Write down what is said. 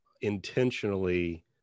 intentionally